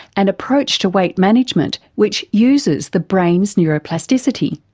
and approach to weight management which uses the brain's neuroplasticity.